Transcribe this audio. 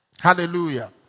Hallelujah